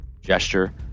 gesture